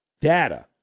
data